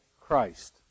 Christ